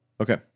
Okay